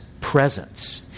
presence